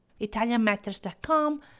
italianmatters.com